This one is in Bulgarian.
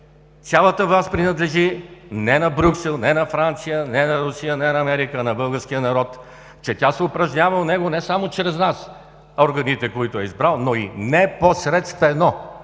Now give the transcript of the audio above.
цялата власт принадлежи не на Брюксел, не на Франция, не на Русия, не на Америка, а на българския народ; че тя се упражнява от него не само чрез нас – органите, които е избрал, но и не-по-сред-ствено!